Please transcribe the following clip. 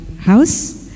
house